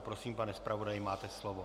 Prosím, pane zpravodaji, máte slovo.